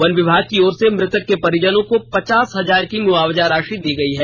one विभाग की ओर से मृतक के परिजनों को पचास हजार की मुआवजा राषि दी गयी है